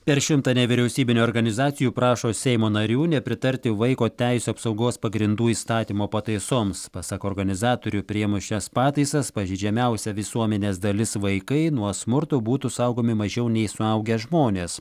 per šimtą nevyriausybinių organizacijų prašo seimo narių nepritarti vaiko teisių apsaugos pagrindų įstatymo pataisoms pasak organizatorių priėmus šias pataisas pažeidžiamiausia visuomenės dalis vaikai nuo smurto būtų saugomi mažiau nei suaugę žmonės